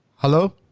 Hello